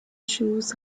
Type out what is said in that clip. shows